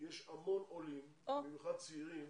יש המון עולים, במיוחד צעירים,